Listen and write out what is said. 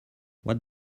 what